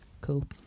Cool